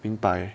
明白